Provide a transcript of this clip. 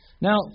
Now